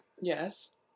Yes